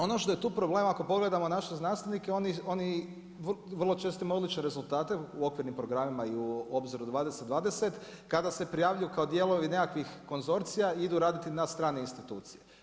Ono što je tu problem ako pogledamo naše znanstvenike oni vrlo često imaju odlične rezultate u okvirnim programima i u Obzoru 2020 kada se prijavljuju kao dijelovi nekakvih konzorcija, idu raditi na strane institucije.